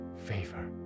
Favor